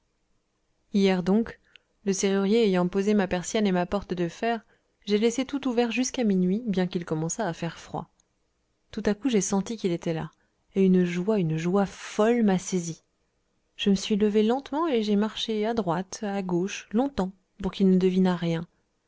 hier donc le serrurier ayant posé ma persienne et ma porte de fer j'ai laissé tout ouvert jusqu'à minuit bien qu'il commençât à faire froid tout à coup j'ai senti qu'il était là et une joie une joie folle m'a saisi je me suis levé lentement et j'ai marché à droite à gauche longtemps pour qu'il ne devinât rien